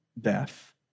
death